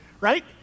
right